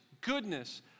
goodness